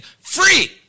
free